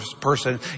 person